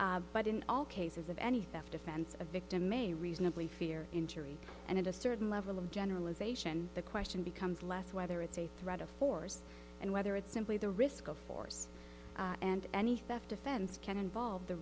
injury but in all cases of any theft offense a victim may reasonably fear injury and at a certain level of generalization the question becomes less whether it's a threat of force and whether it's simply the risk of force and any theft offense can involve the